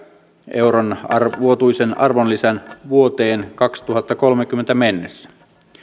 euron vuotuisen arvonlisän vuoteen kaksituhattakolmekymmentä mennessä